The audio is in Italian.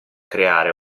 creare